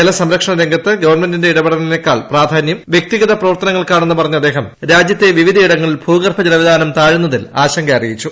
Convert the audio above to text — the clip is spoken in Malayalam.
ജലസംരക്ഷണ് ർഗത്ത് ഗവൺമെന്റിന്റെ ഇടപെടലിനെക്കാൾ പ്രാധാന്യം പ്ലൃക്തിഗത പ്രവർത്തനങ്ങൾക്കാണെന്ന് പറഞ്ഞ് അദ്ദേഹം രാജ്യത്തെ വിവിധ ഇടങ്ങളിൽ ഭൂഗർഭ ജലവിതാണ് താഴുന്നതിൽ ആശങ്ക അറിയിച്ചു